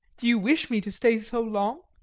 do you wish me to stay so long?